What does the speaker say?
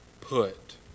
put